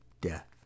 death